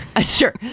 Sure